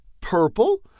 purple